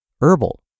herbal